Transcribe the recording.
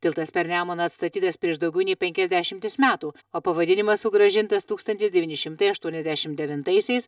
tiltas per nemuną atstatytas prieš daugiau nei penkias dešimtis metų o pavadinimas sugrąžintas tūkstantis devyni šimtai aštuoniasdešim devintaisiais